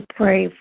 pray